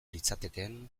litzatekeen